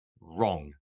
Wrong